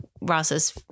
Ross's